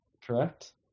correct